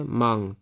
mang